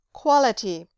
quality